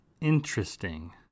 interesting